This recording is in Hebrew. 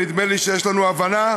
ונדמה לי שיש לנו הבנה,